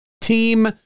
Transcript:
Team